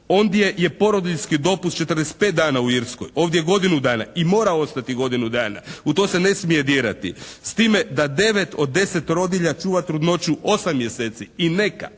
Ondje je porodiljski dopust 45 dana u Irskoj, ovdje je godinu dana i mora ostati godinu dana. U to se ne smije dirati. S time da 9 od 10 rodilja čuva trudnoću 8 mjeseci, i neka.